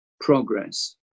progress